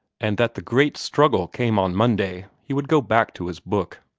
and that the great struggle came on monday, he would go back to his book.